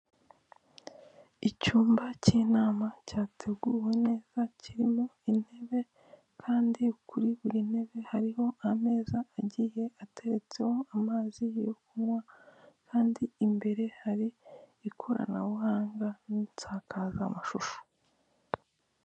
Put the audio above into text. Icyumba cy'inama cyateguwe neza kirimo intebe kandi kuri buri ntebe hariho ameza agiye ateretseho amazi yo kunywa, kandi imbere hari ikoranabuhanga n'insakaza mashusho.